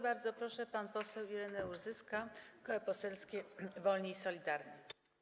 Bardzo proszę, pan poseł Ireneusz Zyska, Koło Poselskie Wolni i Solidarni.